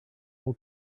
all